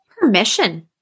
Permission